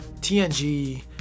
tng